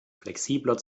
flexibler